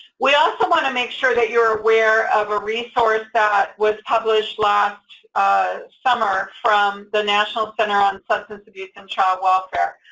we also want to make sure that you're aware of a resource that was published last summer from the national center on substance abuse and child welfare.